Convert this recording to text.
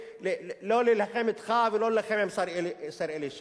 לא להילחם אתך ולא להילחם עם השר אלי ישי.